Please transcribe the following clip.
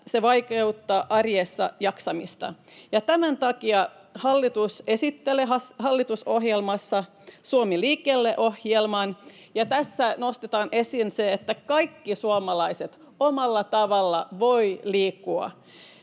se vaikeuttaa arjessa jaksamista. Tämän takia hallitus esittää hallitusohjelmassa Suomi liikkeelle -ohjelman, ja tässä nostetaan esiin, että kaikki suomalaiset voivat omalla tavallaan liikkua.